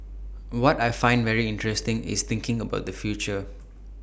what I find very interesting is thinking about the future